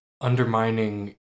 undermining